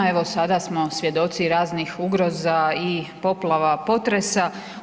Evo sada smo svjedoci raznih ugroza i poplava, potresa.